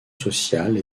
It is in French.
sociale